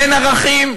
אין ערכים?